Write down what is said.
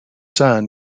son